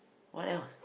what else